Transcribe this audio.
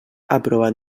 aprovat